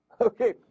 Okay